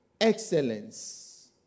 excellence